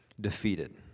defeated